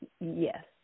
Yes